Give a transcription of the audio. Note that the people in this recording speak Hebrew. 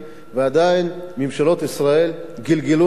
עדיין ממשלות ישראל גלגלו עיניים,